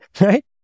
right